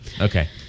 Okay